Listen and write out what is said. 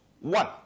One